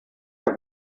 der